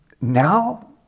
Now